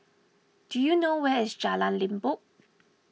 do you know where is Jalan Limbok